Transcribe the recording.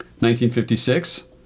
1956